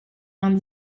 vingt